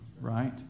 right